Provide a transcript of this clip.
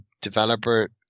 developer